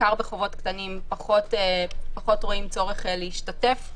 בעיקר בחובות קטנים, פחות רואים צורך להשתתף.